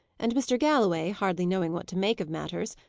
and mr. galloway, hardly knowing what to make of matters,